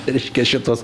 reiškia šitos